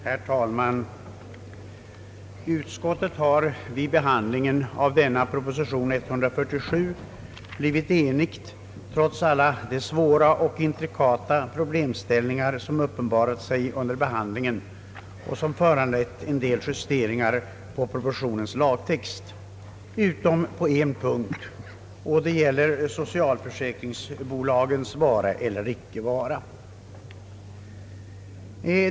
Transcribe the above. Herr talman! Utskottet har vid behandlingen av propositionen nr 147 trots alla de svåra och intrikata problemställningar, som uppenbarat sig och som föranlett en del justeringar av propositionens lagtext, blivit enigt utom på en punkt, nämligen i fråga om socialförsäkringsbolagens vara eller icke vara.